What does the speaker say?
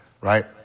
right